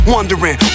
Wondering